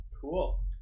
Cool